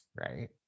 right